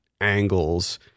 angles